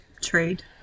trade